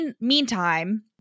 Meantime